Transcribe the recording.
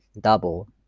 double